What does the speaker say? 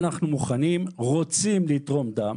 אנחנו מוכנים ורוצים לתרום דם